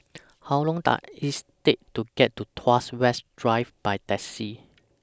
How Long Does IS Take to get to Tuas West Drive By Taxi